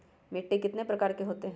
मिट्टी कितने प्रकार के होते हैं?